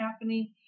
happening